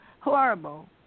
horrible